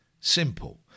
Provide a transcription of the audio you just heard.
simple